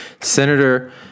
Senator